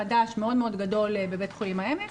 חדש מאוד מאוד גדול בבית חולים העמק,